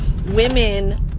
women